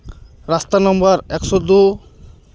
ᱨᱟᱥᱛᱟ ᱱᱚᱢᱵᱚᱨ ᱮᱠᱥᱚ ᱫᱩ